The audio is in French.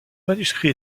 manuscrit